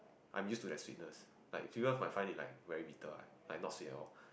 I'm used to that sweetness like people might find it like very bitter right like not sweet at all